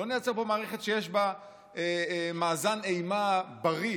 לא נייצר פה מערכת שיש בה מאזן אימה בריא,